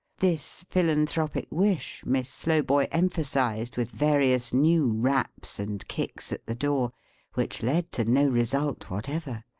this philanthropic wish, miss slowboy emphasised with various new raps and kicks at the door which led to no result whatever.